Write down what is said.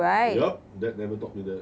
right dad never taught me that